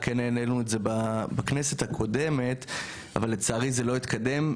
כן העלנו את זה בכנסת הקודמת אבל לצערי זה לא התקדם.